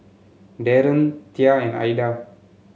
Darien Tia and Aida